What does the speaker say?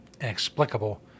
inexplicable